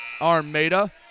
Armada